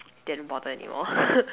didn't bother anymore